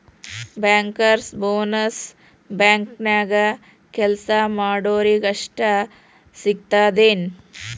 Bankers bonus ಬ್ಯಾಂಕ್ನ್ಯಾಗ್ ಕೆಲ್ಸಾ ಮಾಡೊರಿಗಷ್ಟ ಸಿಗ್ತದೇನ್?